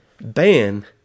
ban